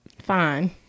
Fine